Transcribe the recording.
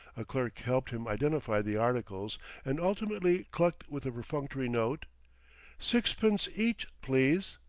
a clerk helped him identify the articles and ultimately clucked with a perfunctory note sixpence each, please.